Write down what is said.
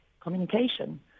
communication